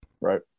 Right